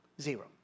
Zero